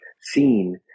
seen